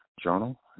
journal